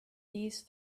these